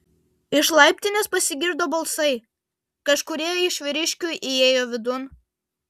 iš laiptinės pasigirdo balsai kažkurie iš vyriškių įėjo vidun